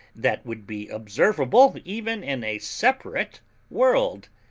that would be observable even in a separate world.